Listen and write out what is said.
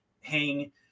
hang